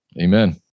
Amen